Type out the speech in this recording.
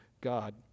God